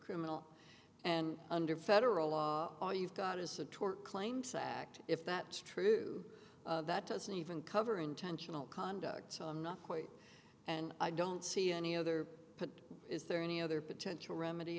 criminal and under federal law all you've got is a tort claims act if that's true that doesn't even cover intentional conduct so i'm not quite and i don't see any other is there any other potential remedy